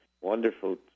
Wonderful